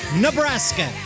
Nebraska